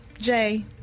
Jay